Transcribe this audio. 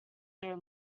their